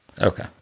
Okay